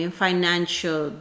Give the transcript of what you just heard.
financial